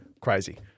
Crazy